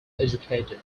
educated